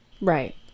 Right